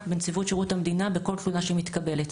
בנציבות שירות המדינה בכל תלונה שמתקבלת.